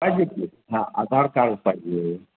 पाहिजेत की हां आधार कार्ड पाहिजे